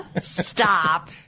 Stop